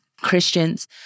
Christians